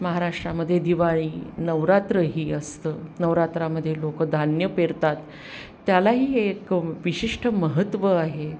महाराष्ट्रामध्ये दिवाळी नवरात्र ही असतं नवरात्रामध्ये लोकं धान्य पेरतात त्यालाही एक विशिष्ट महत्त्व आहे